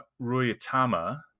ruyatama